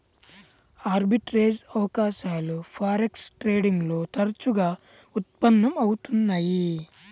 arbitrage అవకాశాలు forex trading లో తరచుగా ఉత్పన్నం అవుతున్నయ్యి